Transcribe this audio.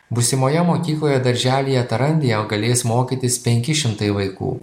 būsimoje mokykloje darželyje tarandija galės mokytis penki šimtai vaikų